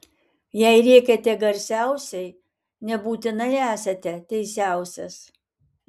jei rėkiate garsiausiai nebūtinai esate teisiausias